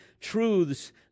truths